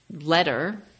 letter